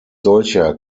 solcher